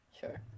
Sure